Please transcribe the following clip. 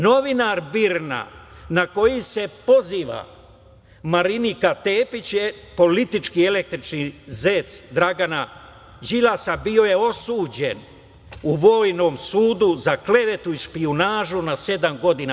Novinar BIRN-a, na koji se poziva Marinika Tepić, politički električni zec Dragana Đilasa, bio je osuđen u vojnom sudu za klevetu i špijunažu na sedam godina.